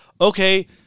Okay